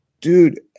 dude